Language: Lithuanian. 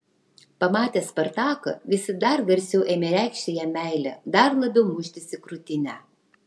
pamatę spartaką visi dar garsiau ėmė reikšti jam meilę dar labiau muštis į krūtinę